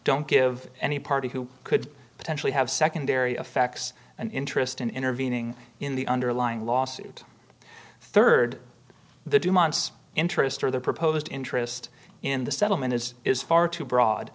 don't give any party who could potentially have secondary effects and interest in intervening in the underlying lawsuit rd the dumont's interest or the proposed interest in the settlement is is far too broad